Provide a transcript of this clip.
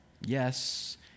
Yes